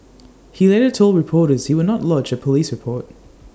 he later told reporters he would not lodge A Police report